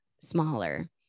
smaller